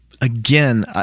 again